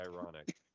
ironic